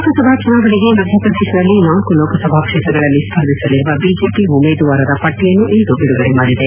ಲೋಕಸಭಾ ಚುನಾವಣೆಗೆ ಮಧ್ಯಪ್ರದೇತದಲ್ಲಿ ನಾಲ್ಕು ಲೋಕಸಭಾ ಕ್ಷೇತ್ರಗಳಲ್ಲಿ ಸ್ಪರ್ಧಿಸಲಿರುವ ಬಿಜೆಪಿ ಉಮೇದುವಾರರ ಪಟ್ಲಿಯನ್ನು ಇಂದು ಬಿಡುಗಡೆ ಮಾಡಿದೆ